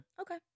Okay